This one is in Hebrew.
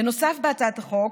בנוסף, בהצעת החוק